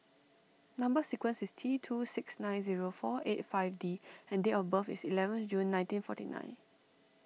Number Sequence is T two six nine zero four eight five D and date of birth is eleventh June nineteen forty nine